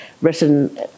written